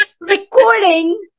recording